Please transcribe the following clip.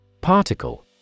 Particle